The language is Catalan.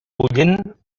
bullent